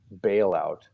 bailout